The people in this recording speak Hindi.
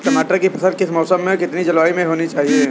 टमाटर की फसल किस मौसम व कितनी जलवायु में होनी चाहिए?